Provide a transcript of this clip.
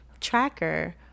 tracker